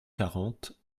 quarante